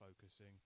focusing